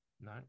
No